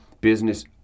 Business